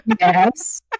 yes